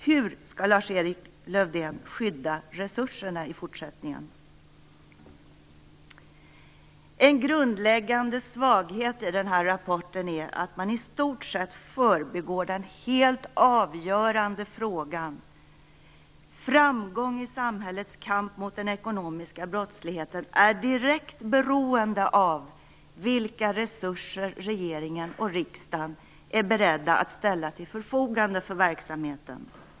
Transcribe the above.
Hur skall Lars-Erik Lövdén skydda resurserna i fortsättningen? En grundläggande svaghet i den här rapporten är att man i stort sett förbigår den helt avgörande frågan: Framgång i samhällets kamp mot den ekonomiska brottsligheten är direkt beroende av vilka resurser regering och riksdag är beredda att ställa till förfogande för verksamheten.